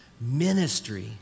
ministry